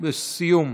של קבוצת סיעת